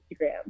Instagram